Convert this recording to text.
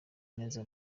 neza